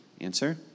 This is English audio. Answer